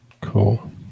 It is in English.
Cool